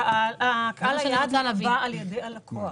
קהל היעד נקבע על-ידי הלקוח.